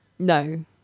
No